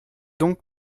donc